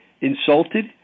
insulted